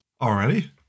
Already